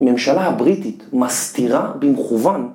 הממשלה הבריטית מסתירה במכוון.